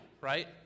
right